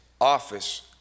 office